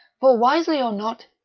for, wisely or not,